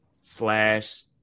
slash